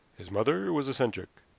his mother was eccentric.